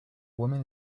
woman